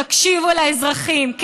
תקשיבו לאזרחים.